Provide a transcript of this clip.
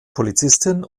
polizistin